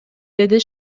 деди